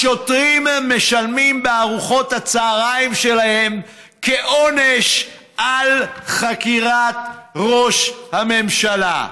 השוטרים משלמים בארוחות הצוהריים שלהם כעונש על חקירת ראש הממשלה.